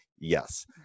yes